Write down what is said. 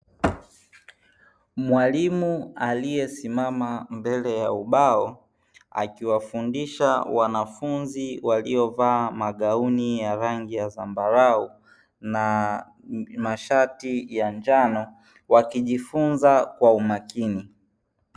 Mwalimu aliyesimama mbele ya ubao akiwafundisha wanafunzi waliovaa magauni ya rangi ya zambarau na masharti ya njano wakijifunza kwa umakini.